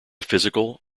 physical